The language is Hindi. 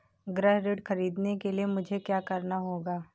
गृह ऋण ख़रीदने के लिए मुझे क्या करना होगा?